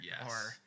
Yes